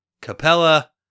Capella